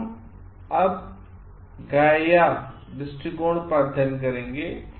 अगला हमGaia दृष्टिकोण परध्यानकरेंगे